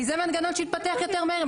כי זה מנגנון שיתפתח יותר מהר.